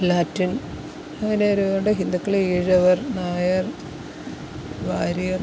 Latin അങ്ങനെ ഒരുപാട് ഹിന്ദുക്കൾ ഈഴവർ നായർ വാര്യർ